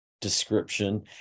description